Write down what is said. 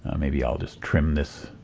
ah maybe i'll just trim this